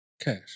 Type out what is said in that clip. cash